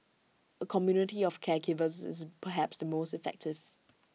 A community of caregivers is perhaps the most effective